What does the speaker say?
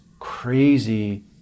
crazy